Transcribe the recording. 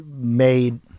made